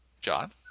John